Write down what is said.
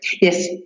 Yes